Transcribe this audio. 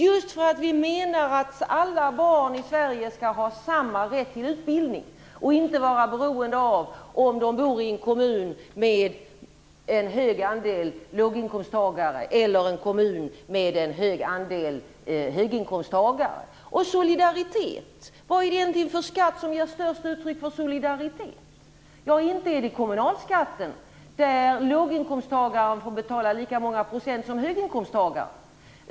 Just för att vi menar att alla barn i Sverige skall ha samma rätt till utbildning och inte vara beroende av om de bor i en kommun med en stor andel låginkomsttagare eller i en kommun med en stor andel höginkomsttagare. Vad är det egentligen för skatt som ger bäst uttryck för solidaritet? Inte är det kommunalskatten där låginkomsttagaren får betala lika många procent som höginkomsttagaren.